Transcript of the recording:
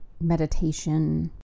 meditation